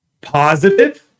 Positive